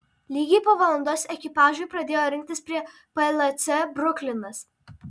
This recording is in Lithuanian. lygiai po valandos ekipažai pradėjo rinktis prie plc bruklinas